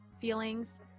feelings